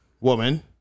woman